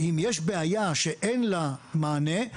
אם יש בעיה שאין לה מענה,